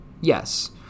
Yes